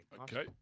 Okay